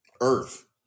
earth